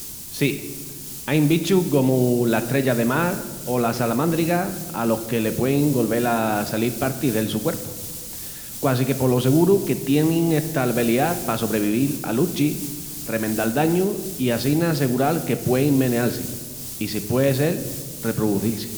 Sí, ain bichus comu l'estrella de mar o las salamándrigas alos que les puéin golvel a salil partis del su cuerpu. Quasique polo seguru que tienin esta albeliá pa sobrevivil a luchis, remendal dañus i assina segural que puein meneal-si, i si pué sel, reproucil-si.